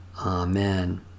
Amen